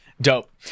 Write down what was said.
dope